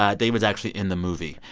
ah dave was actually in the movie.